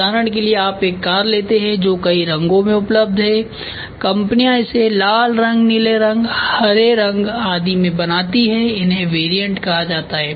उदाहरण के लिए आप एक कार लेते हैंजो कई रंगों में उपलब्ध हैं कंपनी इसे लाल रंग नीले रंग हरे रंग आदि में बनाती हैं इन्हे वेरिएंट कहा जाता है